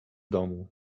domu